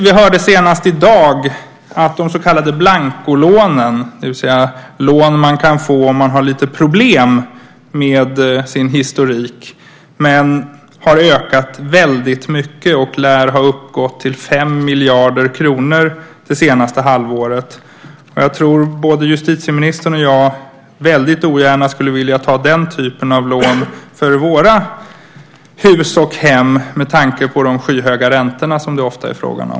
Vi hörde senast i dag att de så kallade blancolånen, det vill säga lån som man kan få om man har lite problem med sin historik, har ökat väldigt mycket och lär ha uppgått till 5 miljarder kronor det senaste halvåret. Jag tror att både justitieministern och jag väldigt ogärna skulle ta den typen av lån för våra hus och hem med tanke på de skyhöga räntor som det ofta är fråga om.